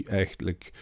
eigenlijk